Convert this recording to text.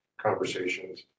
conversations